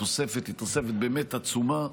התוספת באמת עצומה,